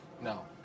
No